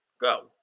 go